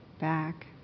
back